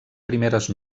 primeres